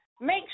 Make